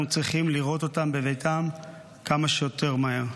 אנחנו צריכים לראות אותם בביתם כמה שיותר מהר.